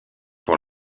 pour